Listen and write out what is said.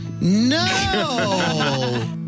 No